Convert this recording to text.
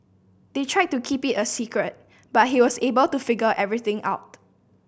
they tried to keep it a secret but he was able to figure everything out